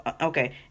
okay